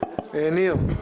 ניר, בבקשה.